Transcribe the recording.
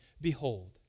behold